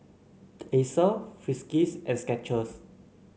Acer Friskies and Skechers